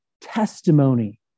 testimony